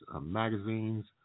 magazines